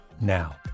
now